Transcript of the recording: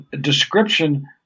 description